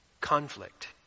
Conflict